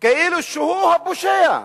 כאילו הוא הפושע.